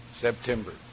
September